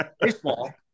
baseball